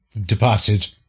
departed